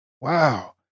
wow